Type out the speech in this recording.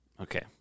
Okay